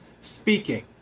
speaking